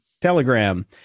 telegram